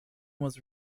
was